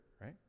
right